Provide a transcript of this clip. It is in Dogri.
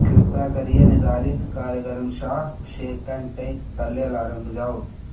किरपा करियै निर्धारित कार्यक्रम छे घैंटे पैह्लें अलार्म बजाओ